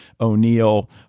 O'Neill